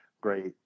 great